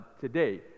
today